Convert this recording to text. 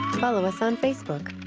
follow us on facebook.